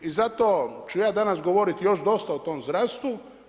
I zato ću ja danas govoriti još dosta o tom zdravstvu.